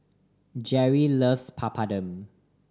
Jeri loves Papadum